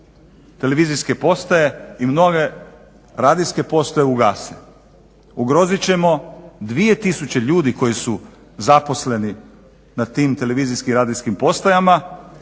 televizijske postaje i mnoge radijske postaje ugase. Ugrozit ćemo 2000 ljudi koji su zaposleni na tim televizijskim, radijskim postajama